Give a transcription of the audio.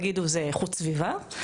יגידו "זה איכות סביבה",